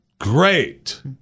great